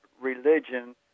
religion